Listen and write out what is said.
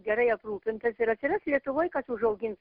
gerai aprūpintas ir atsiras lietuvoj kas užaugins